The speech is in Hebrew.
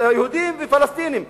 יהודים ופלסטינים.